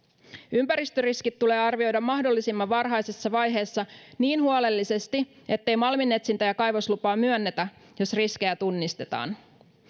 ympäristöriskit tulee arvioida mahdollisimman varhaisessa vaiheessa niin huolellisesti ettei malminetsintä ja kaivoslupaa myönnetä jos riskejä tunnistetaan